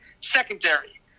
secondary